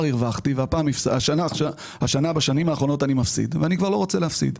הרווחתי ובשנים האחרונות אני מפסיד ואני כבר לא רוצה להפסיד.